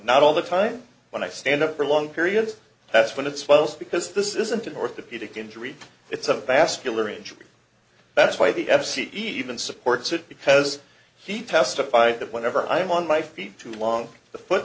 not all the time when i stand up for long periods that's when it swells because this isn't an orthopedic injuries it's a masculine injury that's why the mc even supports it because he testified that whenever i'm on my feet too long the foot